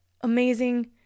amazing